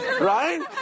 right